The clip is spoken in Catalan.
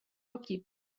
equip